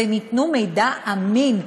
והן ייתנו מידע אמין.